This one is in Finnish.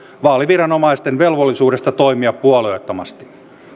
vaaliviranomaisten velvollisuudesta toimia puolueettomasti